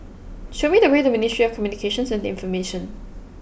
show me the way to Ministry of Communications and Information